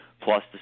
Plus